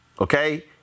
Okay